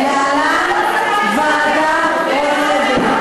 להלן: ועדת רוטלוי,